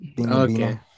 Okay